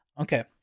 okay